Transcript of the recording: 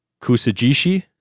Kusajishi